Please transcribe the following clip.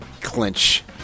clinch